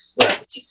Right